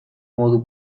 modu